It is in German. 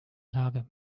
lage